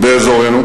באזורנו.